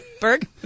Berg